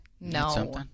No